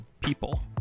people